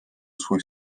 swój